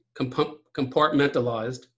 compartmentalized